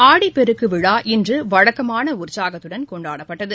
ஆடிப்பெருக்குவிழா இன்றுவழக்கமானஉற்சாகத்துடன் கொண்டாடப்பட்டது